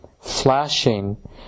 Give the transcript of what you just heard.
flashing